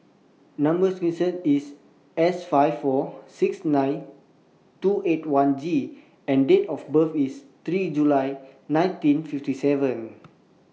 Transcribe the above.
Number sequence IS S five four six nine two eight one G and Date of birth IS three July nineteen fifty seven